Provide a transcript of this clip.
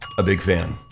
a big fan.